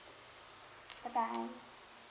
bye bye